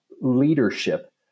leadership